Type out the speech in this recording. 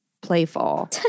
playful